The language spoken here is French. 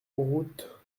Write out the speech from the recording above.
route